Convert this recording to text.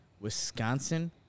Wisconsin